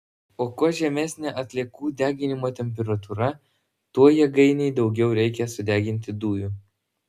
o kuo žemesnė atliekų deginimo temperatūra tuo jėgainei daugiau reikia sudeginti dujų